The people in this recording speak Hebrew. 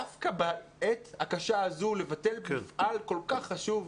דווקא בעת הקשה הזו לבטל מפעל כל כך חשוב,